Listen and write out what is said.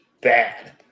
bad